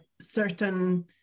certain